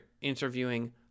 interviewing